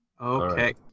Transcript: Okay